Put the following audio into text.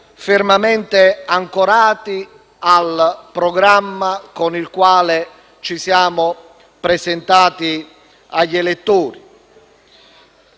fermamente ancorati al programma con il quale ci siamo presentati agli elettori.